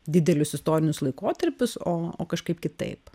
didelius istorinius laikotarpius o o kažkaip kitaip